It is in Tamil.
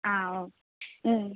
ஆ ஓக் ம்